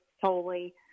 solely